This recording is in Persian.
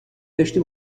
داشتی